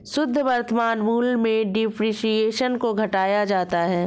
शुद्ध वर्तमान मूल्य में डेप्रिसिएशन को घटाया जाता है